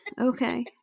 Okay